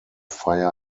fire